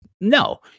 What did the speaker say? no